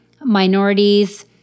minorities